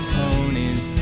ponies